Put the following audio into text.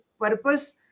purpose